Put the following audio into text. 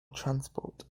transport